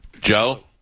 Joe